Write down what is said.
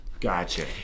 Gotcha